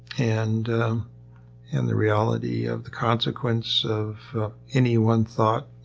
and and the reality of the consequence of any one thought,